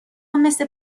مثل